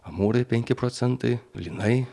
amūrai penki procentai lynai